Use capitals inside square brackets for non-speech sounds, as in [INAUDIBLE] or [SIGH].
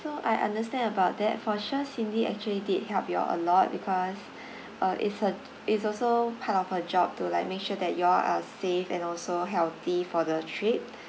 so I understand about that for sure cindy actually did help you all a lot because [BREATH] uh is her it's also part of her job to like make sure that you all are safe and also healthy for the trip [BREATH]